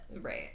Right